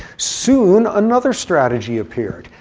soon, another strategy appeared,